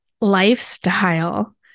lifestyle